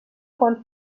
quan